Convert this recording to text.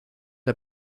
der